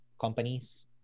companies